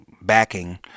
backing